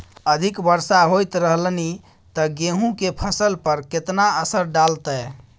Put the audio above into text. अधिक वर्षा होयत रहलनि ते गेहूँ के फसल पर केतना असर डालतै?